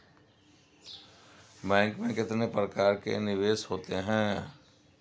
Bank में कितने प्रकार के निवेश होते हैं?